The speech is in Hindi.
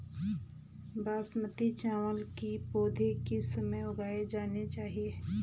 बासमती चावल की पौध किस समय उगाई जानी चाहिये?